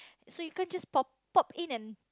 so you can't just pop pop in and